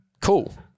cool